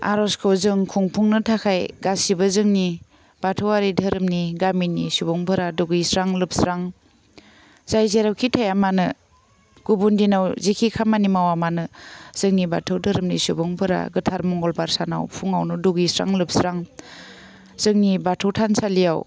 आर'जखौ जों खुंफुंनो थाखाय गासिबो जोंनि बाथौआरि धोरोमनि गामिनि सुबुंफोरा दुगैस्रां लोबस्रां जाय जेरावखि थाया मानो गुबुन दिनाव जिखि खामानि मावा मानो जोंनि बाथौ धोरोमनि सुबुंफोरा गोथार मंगलबार सानाव फुङावनो दुगैस्रां लोबस्रां जोंनि बाथौ थानसालियाव